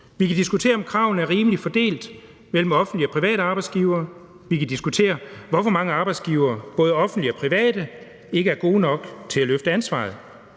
Vi kan diskutere, om kravene er rimeligt fordelt mellem offentlige og private arbejdsgivere. Vi kan diskutere, hvorfor mange arbejdsgivere, både offentlige og private, ikke er gode nok til at løfte ansvaret.